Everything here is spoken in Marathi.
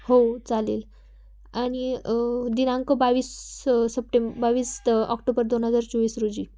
हो चालेल आणि दिनांक बावीस स सप्टेमब बावीस ऑक्टोबर दोन हजार चोवीस रोजी